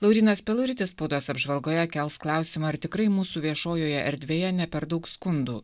laurynas peluritis spaudos apžvalgoje kels klausimą ar tikrai mūsų viešojoje erdvėje ne per daug skundų